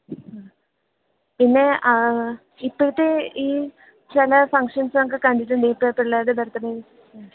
ആഹ് പിന്നെ ഇപ്പോഴത്തെ ഈ ചില ഫംഗ്ഷന്സ് ഒക്കെ കണ്ടിട്ടുണ്ട് ഇപ്പം പിള്ളേരുടെ ബര്ത്ത്ഡേ ആഹ്